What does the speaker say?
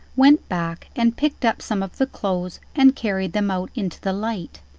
went back and picked up some of the clothes and carried them out into the light.